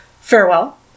Farewell